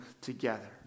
together